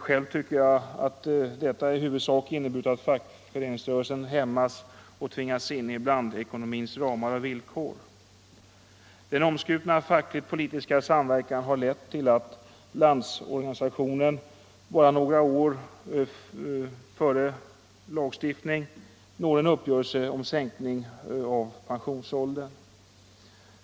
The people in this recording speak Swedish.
Själv tycker jag att den i huvudsak inneburit att fackföreningsrörelsen hämmas och tvingas in i blandekonomins ramar och villkor. Den omskrutna fackligt-politiska samverkan har lett till att Landsorganisationen bara några år före en lagstiftning når en uppgörelse om sänkning av pensionsåldern.